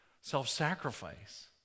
self-sacrifice